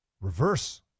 reverse